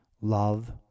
love